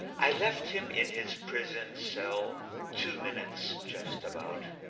i left him in his prison cell two minutes, just about,